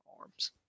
arms